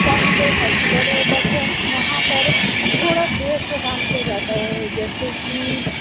چاہے وہ ہاسپیٹل ہو بس وہاں پر تھوڑا دیر سے کام کیا جاتا ہے جیسے کہ